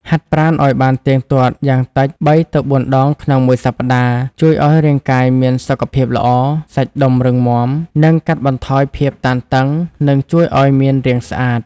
ហាត់ប្រាណអោយបានទៀងទាត់ យ៉ាងតិច ៣ ទៅ ៤ ដងក្នុងមួយសប្តាហ៍ ជួយឱ្យរាងកាយមានសុខភាពល្អ សាច់ដុំរឹងមាំ និងកាត់បន្ថយភាពតានតឹងនឹងជួយអោយមានរាងស្អាត ។